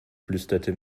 flüsterte